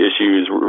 issues